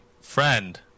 friend